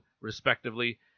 respectively